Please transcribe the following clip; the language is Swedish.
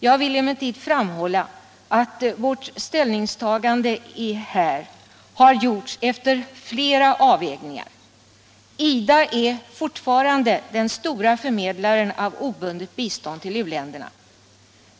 Jag vill emellertid framhålla att vårt ställningstagande här har gjorts efter flera avvägningar. IDA är fortfarande den stora förmedlaren av obundet bistånd till u-länderna.